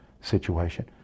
situation